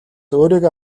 өөрийгөө